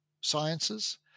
sciences